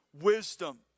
wisdom